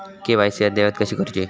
KYC अद्ययावत कशी करुची?